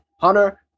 Hunter